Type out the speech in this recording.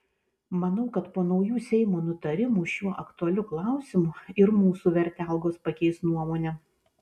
manau kad po naujų seimo nutarimų šiuo aktualiu klausimu ir mūsų vertelgos pakeis nuomonę